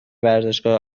ورزشگاه